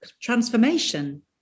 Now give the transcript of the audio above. transformation